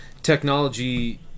Technology